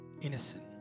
Innocent